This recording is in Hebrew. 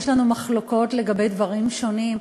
יש לנו מחלוקות לגבי דברים שונים,